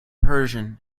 persian